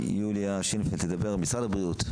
שיוליה שינפלד תדבר, משרד הבריאות.